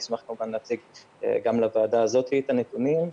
נשמח כמובן להציג גם לוועדה הזאת את הנתונים.